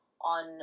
on